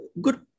good